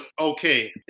okay